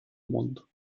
mundo